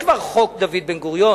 כבר יש חוק דוד בן-גוריון.